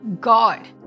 God